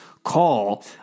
call